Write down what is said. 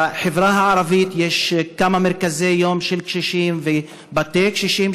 בחברה הערבית יש כמה מרכזי יום לקשישים ובתי-קשישים